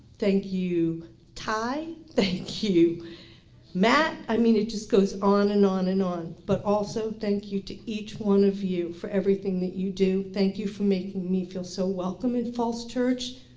thank you ty. thank you matt. i mean it just goes on and on and on. but also thank you to each one of you for everything that you do. thank you for making me feel so welcome in falls church.